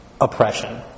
oppression